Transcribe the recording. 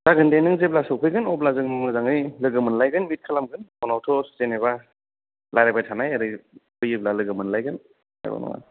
जागोन दे नों जेब्ला सफैगोन आब्ला जों मोजांयै लोगो मोनलायगोन मिथ खालामगोन फनावथ' जेनोबा रायलायबाय थानाय ओरै फैयोब्ला लोगो मोनलायगोन जेबो नङा